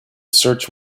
search